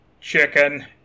Chicken